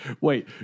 Wait